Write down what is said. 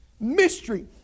Mystery